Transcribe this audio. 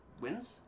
wins